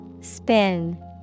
Spin